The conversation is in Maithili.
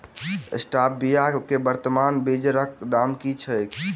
स्टीबिया केँ वर्तमान बाजारीक दाम की छैक?